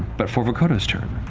but for vokodo's turn,